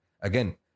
again